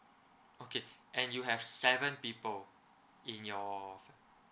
okay and you have seven people in your